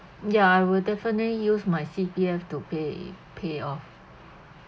ya I will definitely use my C_P_F to pay pay off